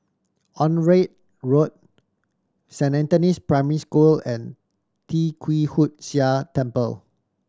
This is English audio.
Onraet Road Saint Anthony's Primary School and Tee Kwee Hood Sia Temple